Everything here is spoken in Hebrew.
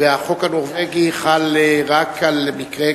והחוק הנורבגי חל רק על מקרה,